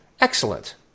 Excellent